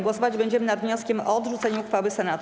Głosować będziemy nad wnioskiem o odrzucenie uchwały Senatu.